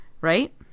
right